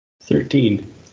Thirteen